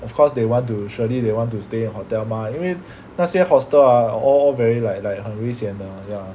of course they want to surely they wanted to stay hotel mah 因为那些 hostel ah all very like like 很危险 mah ya